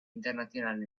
internacional